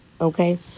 Okay